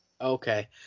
Okay